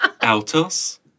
Altos